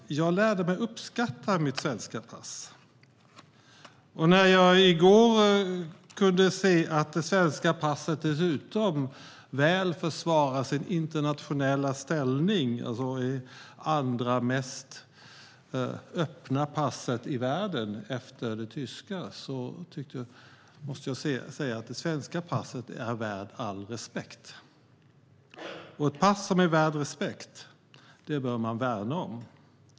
Jag lärde mig att uppskatta mitt svenska pass. När jag i går fick se att det svenska passet dessutom väl försvarar sin internationella ställning som det andra mest öppna passet i världen efter det tyska måste jag säga att jag tycker att det svenska passet är värt all respekt. Ett pass som är värt respekt bör man värna.